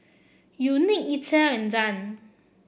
Unique Ethyl and Dann